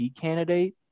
candidate